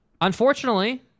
Unfortunately